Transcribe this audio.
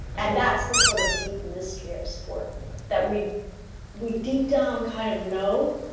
and that's the sort of deep mystery of sport that we we deep down kind of know,